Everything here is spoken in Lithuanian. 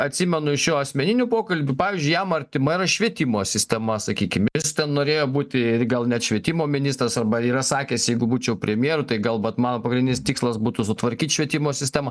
atsimenu iš jo asmeninių pokalbių pavyzdžiui jam artima yra švietimo sistema sakykim jis norėjo būti ir gal net švietimo ministras arba yra sakęs jeigu būčiau premjeru tai gal vat man pagrindinis tikslas būtų sutvarkyt švietimo sistemą